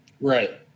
Right